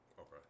Okay